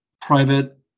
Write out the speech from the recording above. private